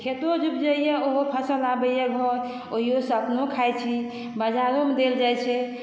खेतो जे उपजैया ओहो फसल आबैया घर ओहियो सँ अपनो खाइ छी बाजारोमे देल जाइ छै